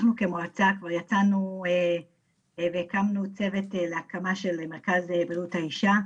אנחנו כמועצה כבר יצאנו והקמנו צוות להקמה של מרכז בריאות האישה,